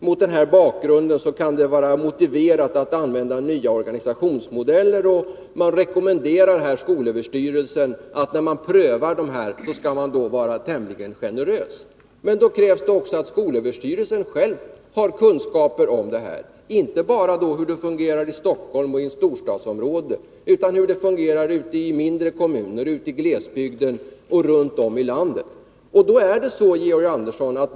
Mot denna bakgrund kan det vara motiverat att använda nya organisationsmodeller, och man rekommenderar skolöverstyrelsen att när den prövar detta vara tämligen generös. Men då krävs också att skolöverstyrelsen själv har kunskaper om detta, inte bara om hur det fungerar i Stockholm och i storstadsområdena utan också om hur det fungerar i mindre kommuner, i glesbygder runt om i landet.